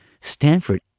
Stanford